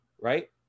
right